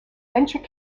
venture